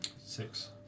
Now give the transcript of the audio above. Six